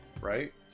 right